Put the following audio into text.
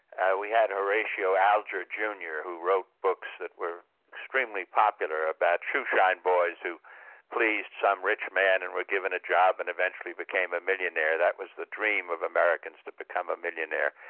ah we had horatio alger jr, who wrote books that were extremely popular, about shoeshine boys who pleased some rich man and was given a job and eventually became a millionaire that was the dream of americans, to become a millionaire.